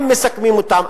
אם מסכמים אותן,